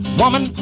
woman